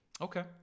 Okay